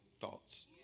thoughts